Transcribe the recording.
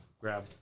Grab